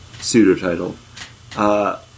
pseudo-title